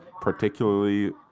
particularly